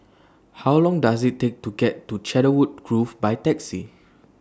How Long Does IT Take to get to Cedarwood Grove By Taxi